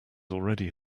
already